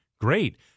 great